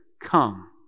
come